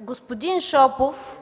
господин Шопов